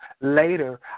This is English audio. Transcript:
later